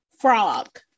frog